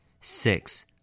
six